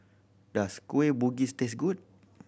does Kueh Bugis taste good